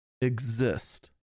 exist